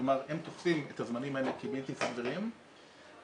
כלומר הם תופסים את הזמנים האלה כבלתי סבירים והם